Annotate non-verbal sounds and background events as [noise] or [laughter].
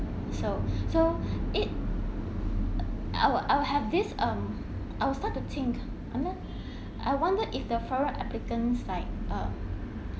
so [breath] so [breath] it I'll I'll have this um I will start to think [noise] [breath] I wonder if the foreign applicants like uh